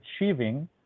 achieving